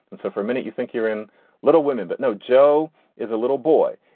and so for a minute you think you're in little women. but no, joe is a little boy.